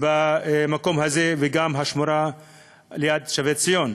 במקום הזה, וגם את השמורה ליד שבי-ציון.